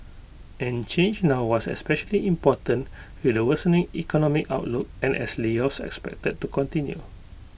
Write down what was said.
and change now was especially important with the worsening economic outlook and as layoffs expected to continue